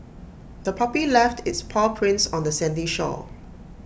the puppy left its paw prints on the sandy shore